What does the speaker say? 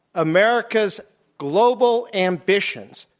america's global ambitions,